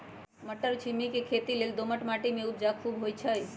मट्टरछिमि के खेती लेल दोमट माटी में उपजा खुब होइ छइ